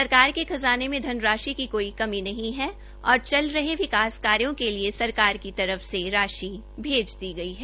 सरकार के खजाने में धन राशि की कोई कमी नही है और चल रहे विकास कार्यो के लिए सरकार की तरफ से राशि भेज दी गई है